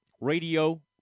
radio